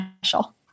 Special